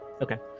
Okay